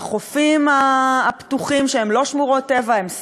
בחופים הפתוחים שהם לא שמורות טבע אלא הם "סתם"